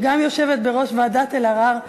שגם יושבת בראש ועדת אלהרר.